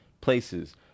places